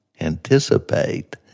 anticipate